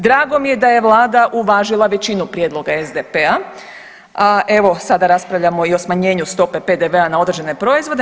Drago mi je da je Vlada uvažila većinu prijedloga SDP-a, a evo sada raspravljamo i o smanjenju stope PDV-a na određene proizvode.